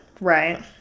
right